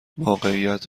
واقعیت